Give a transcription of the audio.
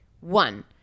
One